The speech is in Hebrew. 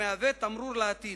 מהווה תמרור לעתיד,